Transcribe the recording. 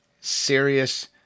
serious